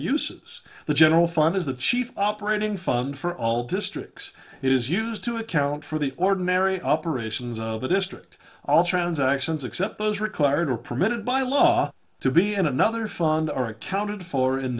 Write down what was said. uses the general fund is the chief operating fund for all districts it is used to account for the ordinary operations of the district all transactions except those required are permitted by law to be and another fund are accounted for in